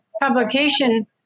publication